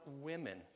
women